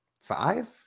five